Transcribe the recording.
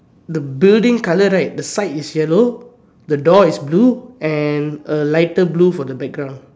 the building color right the side is yellow and the door is blue and a lighter blue for the background